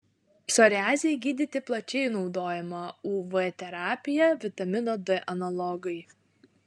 psoriazei gydyti plačiai naudojama uv terapija vitamino d analogai